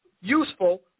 useful